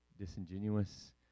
disingenuous